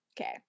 Okay